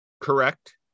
Correct